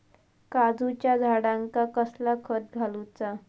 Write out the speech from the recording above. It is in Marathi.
काजूच्या झाडांका कसला खत घालूचा?